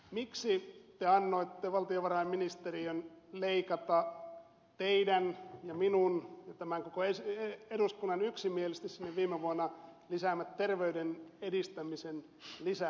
miksi te annoitte valtiovarainministeriön leikata teidän ja minun ja tämän koko eduskunnan yksimielisesti sinne viime vuonna lisäämät terveyden edistämisen lisämäärärahat